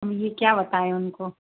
हम ये क्या बताएं उनको